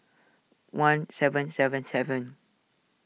one seven seven seven